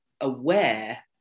aware